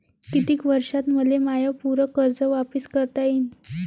कितीक वर्षात मले माय पूर कर्ज वापिस करता येईन?